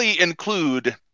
include—